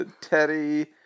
Teddy